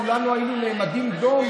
כולנו היינו נעמדים דום.